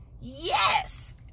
yes